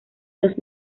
dos